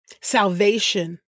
Salvation